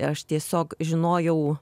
aš tiesiog žinojau